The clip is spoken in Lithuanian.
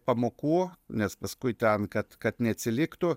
pamokų nes paskui ten kad kad neatsiliktų